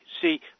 see